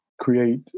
create